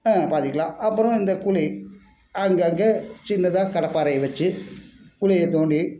பாத்திக்கலாம் அப்புறம் இந்த குழி அங்கங்கே சின்னதாக கடப்பாறையை வச்சு குழியை தோண்டி